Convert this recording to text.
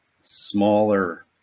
smaller